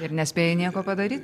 ir nespėjai nieko padaryt